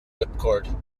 whipcord